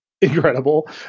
incredible